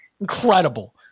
Incredible